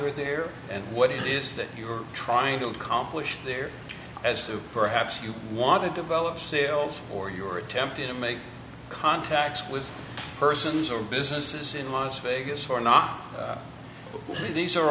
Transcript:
're there and what it is that you're trying to accomplish there as to perhaps you want to develop sales or you're attempting to make contact with persons or businesses in las vegas or not these are